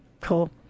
cool